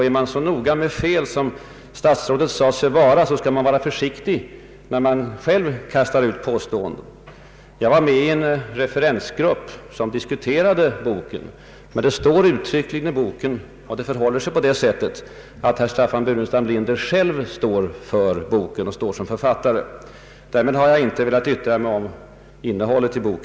Är man så noga med fel som statsrådet sade sig vara skall man vara försiktig när man själv kastar ut påståenden. Jag var med i en referensgrupp som diskuterade boken. Men i boken anges uttryckligen att Staffan Burenstam Linder är ensam författare och svarar för innehållet i boken. Och jag har ingen anledning att nu yttra mig om dess innehåll.